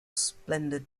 splendid